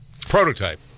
Prototype